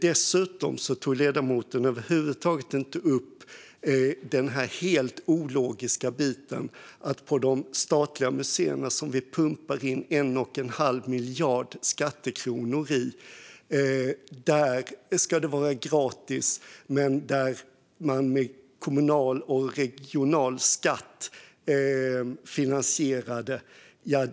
Dessutom tar ledamoten över huvud taget inte upp den helt ologiska biten att Vänsterpartiet tycker att det ska vara gratis på de statliga museerna, som vi pumpar in 1 1⁄2 miljard skattekronor i, men inte har några synpunkter på det som finansieras med kommunal och regional skatt.